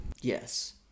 Yes